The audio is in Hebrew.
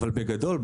אבל בגדול,